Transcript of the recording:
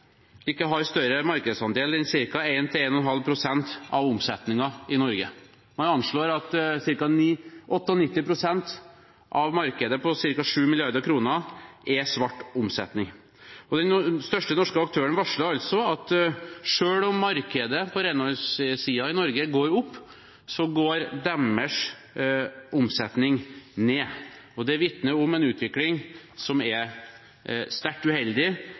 ikke større markedsandel enn ca. 1–1,5 pst. av omsetningen i Norge. Man anslår at ca. 98 pst. av markedet på ca. 7 mrd. kr er svart omsetning. Den største norske aktøren varslet altså at selv om markedet på renholdssiden går opp, går deres omsetning ned. Det vitner om en utvikling som er sterkt uheldig,